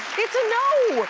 it's a no.